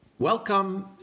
Welcome